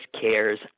cares